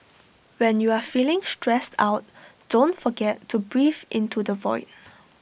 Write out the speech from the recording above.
when you are feeling stressed out don't forget to breathe into the void